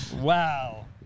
Wow